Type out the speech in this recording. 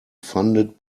funded